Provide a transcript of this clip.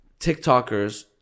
TikTokers